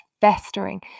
festering